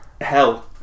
hell